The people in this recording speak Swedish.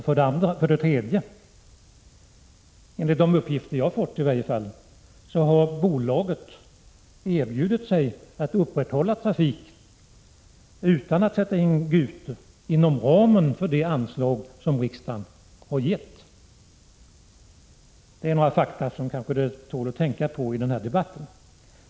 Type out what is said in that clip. För det tredje: Enligt de uppgifter jag fått har bolaget erbjudit sig att upprätthålla trafiken, utan att sätta in Gute, inom ramen för det anslag som riksdagen har givit. Detta är några fakta som kanske tål att tänka på i den här debatten.